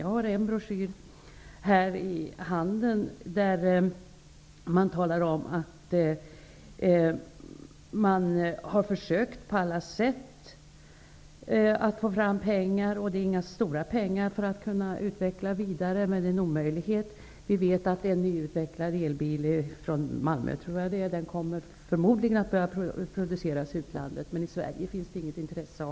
Jag har här i min hand en broschyr, vari sägs att man har försökt på alla sätt att få fram pengar för att kunna fortsätta produktutvecklingen. Det gäller inga stora pengar, men det är tydligen omöjligt. En elbil som har utvecklats i Malmö kommer förmodligen att produceras i utlandet. I Sverige finns det inget intresse.